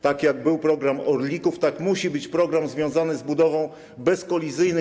Tak jak był program Orlików, tak musi być program związany z budową bezkolizyjnych.